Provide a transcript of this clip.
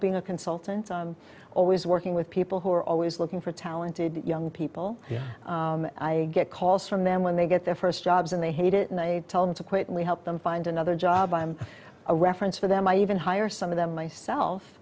being a consultant always working with people who are always looking for talented young people yeah i get calls from them when they get their first jobs and they hate it and i tell them to quit and we help them find another job i'm a reference for them i even hire some of them myself